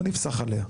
לא נפסח עליה.